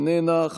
איננה,